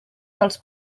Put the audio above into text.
dels